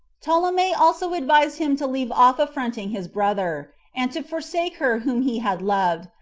ptolemy also advised him to leave off affronting his brother, and to forsake her whom he had loved,